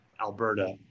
Alberta